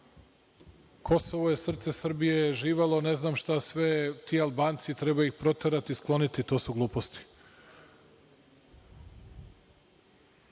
Kosovo je srce Srbije, živelo ne znam šta sve, ti Albanci, treba ih proterati, skloniti. To su gluposti. Samo